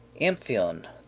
Amphion